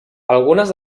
algunes